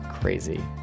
crazy